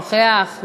נוכח.